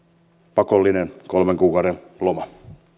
pakollinen kolmen kuukauden loma